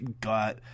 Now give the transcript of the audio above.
got